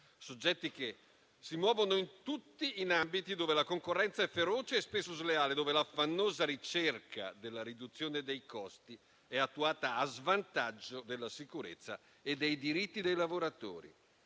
soggetti che si muovono tutti in ambiti dove la concorrenza è feroce e spesso sleale, dove l'affannosa ricerca della riduzione dei costi è attuata a svantaggio della sicurezza e dei diritti dei lavoratori.